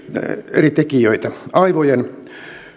eri tekijöitä aivojen